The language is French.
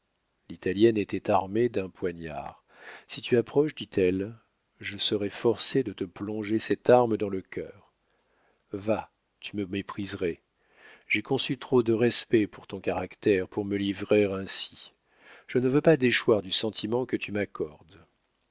yeux l'italienne était armée d'un poignard si tu approches dit-elle je serais forcée de te plonger cette arme dans le cœur va tu me mépriserais j'ai conçu trop de respect pour ton caractère pour me livrer ainsi je ne veux pas déchoir du sentiment que tu m'accordes